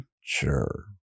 Sure